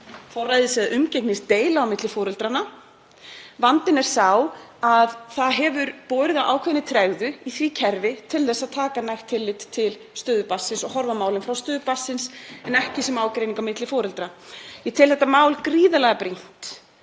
eða umgengnisdeila á milli foreldranna. Vandinn er sá að borið hefur á ákveðinni tregðu í því kerfi til að taka nægt tillit til stöðu barnsins og horfa á málin frá stöðu barnsins en ekki sem ágreining milli foreldra. Ég tel þetta mál gríðarlega brýnt